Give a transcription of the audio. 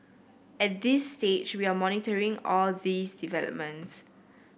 at this stage we are monitoring all these developments